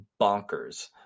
bonkers